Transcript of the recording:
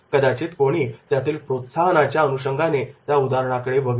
कदाचित कोणी त्यातील प्रोत्साहन ना च्या अनुषंगाने त्या उदाहरणा कडे बघेल